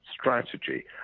strategy